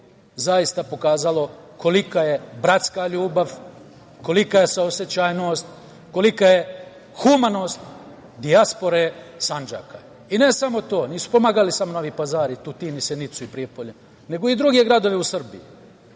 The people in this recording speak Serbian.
zaista pokazalo kolika je bratska ljubav, kolika je saosećajnost, kolika je humanost dijaspore Sandžaka. I ne samo tamo, nisu pomagali Novi Pazar i Tutin i Sjenicu i Prijepolje, nego i druge gradove u Srbiji.